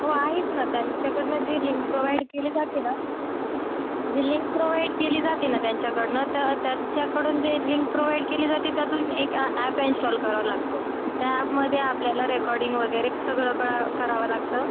हो आहेत नं त्यांच्याकडनं जी लिंक प्रोव्हाइड केली जाते ना जी लिंक प्रोव्हाइड केली जाते ना त्यांच्याकडनं त त्यांच्याकडून जी लिंक प्रोव्हाइड केली जाते त्यातून एक ॲ ॲप इन्स्टॉल करावा लागतो त्या ॲपमध्ये आपल्याला रेकॉर्डिंग वगैरे सगळं कळा करावं लागतं